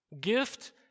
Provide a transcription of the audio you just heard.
Gift